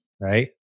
right